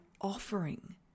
offering